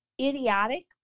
idiotic